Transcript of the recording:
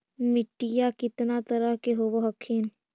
मिट्टीया कितना तरह के होब हखिन?